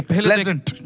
Pleasant